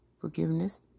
forgiveness